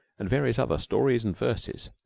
and various other stories and verses,